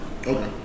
Okay